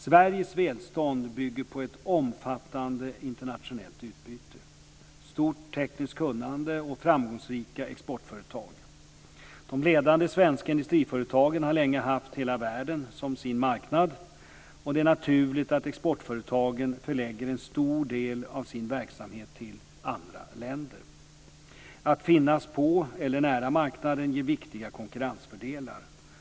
Sveriges välstånd bygger på ett omfattande internationellt utbyte, stort tekniskt kunnande och framgångsrika exportföretag. De ledande svenska industriföretagen har länge haft hela världen som sin marknad. Det är naturligt att exportföretagen förlägger en stor del av sin verksamhet till andra länder. Att finnas på eller nära marknaden ger viktiga konkurrensfördelar.